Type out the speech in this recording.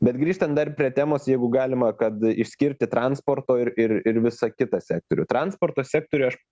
bet grįžtant dar prie temos jeigu galima kad išskirti transporto ir ir ir visą kitą sektorių transporto sektoriuj aš